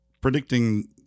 predicting